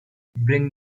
bring